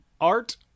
Art